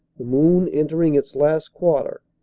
the moon, entering its last quarter,